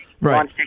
Right